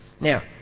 Now